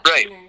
Right